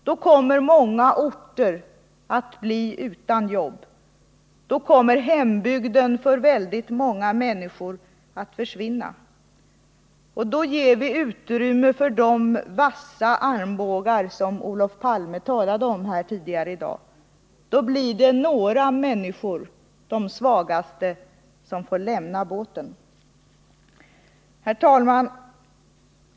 Då kommer många orter att bli utan jobb, då kommer hembygden för väldigt många människor att försvinna. Då ger vi utrymme för de vassa armbågar som Olof Palme talade om tidigare i dag. Då blir det några människor — de svagaste — som får lämna båten. Herr talman!